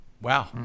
Wow